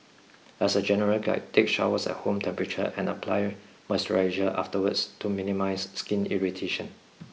as a general guide take showers at room temperature and apply moisturiser afterwards to minimise skin irritation